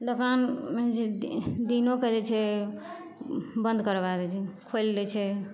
दोकान दिन दिनोके जे छै बन्द करबा दै छै खोलि दै छै